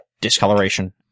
discoloration